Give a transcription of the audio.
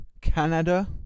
Canada